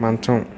మంచం